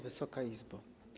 Wysoka Izbo!